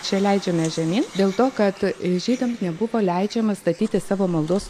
čia leidžiamės žemyn dėl to kad žydams nebuvo leidžiama statyti savo maldos